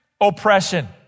oppression